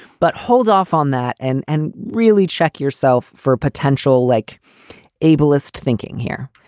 but hold off on that and and really check yourself for potential like ablest thinking here.